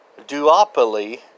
duopoly